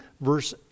verse